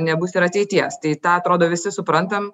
nebus ir ateities tai tą atrodo visi suprantam